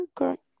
Okay